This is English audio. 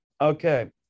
okay